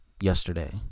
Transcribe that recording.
yesterday